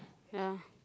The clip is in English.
yeah